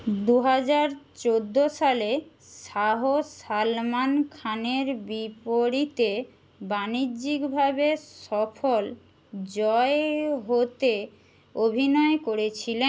দুহাজার চৌদ্দো সালে শাহ সলমন খানের বিপরীতে বাণিজ্যিকভাবে সফল জয় হো তে অভিনয় করেছিলেন